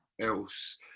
else